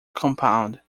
compound